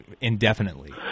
indefinitely